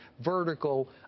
vertical